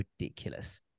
ridiculous